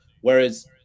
Whereas